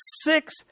six